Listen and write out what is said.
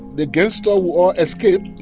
the gangster will all escape.